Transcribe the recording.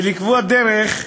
לקבוע דרך,